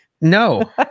No